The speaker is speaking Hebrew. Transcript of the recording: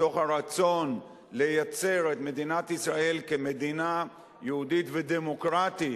מתוך הרצון לייצר את מדינת ישראל כמדינה יהודית ודמוקרטית